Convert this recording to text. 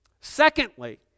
Secondly